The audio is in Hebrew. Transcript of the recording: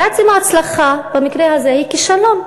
אז עצם ההצלחה, במקרה הזה, היא כישלון.